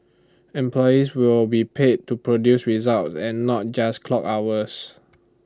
employees will be paid to produce results and not just clock hours